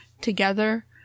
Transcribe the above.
together